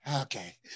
okay